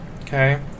Okay